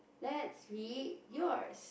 let's read yours